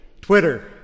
Twitter